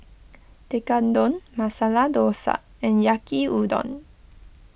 Tekkadon Masala Dosa and Yaki Udon